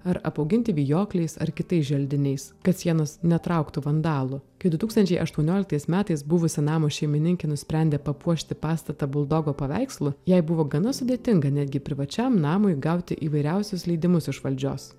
ar apauginti vijokliais ar kitais želdiniais kad sienos netrauktų vandalų kai du tūkstančiai aštuonioliktais metais buvusi namo šeimininkė nusprendė papuošti pastatą buldogo paveikslu jai buvo gana sudėtinga netgi privačiam namui gauti įvairiausius leidimus iš valdžios